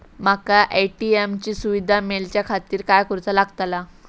माका ए.टी.एम ची सुविधा मेलाच्याखातिर काय करूचा लागतला?